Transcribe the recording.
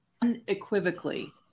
unequivocally